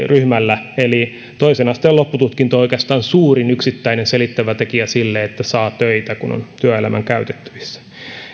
ryhmällä eli toisen asteen loppututkinto on oikeastaan suurin yksittäinen selittävä tekijä sille että saa töitä kun on työelämän käytettävissä